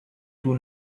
too